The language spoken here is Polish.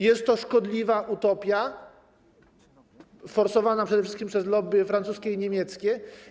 Jest to szkodliwa utopia forsowana przede wszystkim przez lobby francuskie i niemieckie.